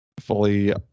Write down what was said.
fully